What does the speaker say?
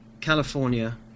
California